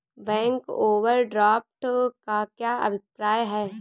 Bank overdraft का क्या अभिप्राय है?